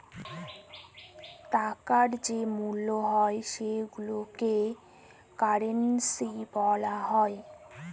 টাকার যে মূল্য হয় সেইগুলোকে কারেন্সি বলা হয়